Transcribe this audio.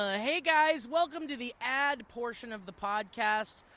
ah hey guys! welcome to the ad portion of the podcast,